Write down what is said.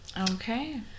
Okay